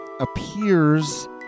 Appears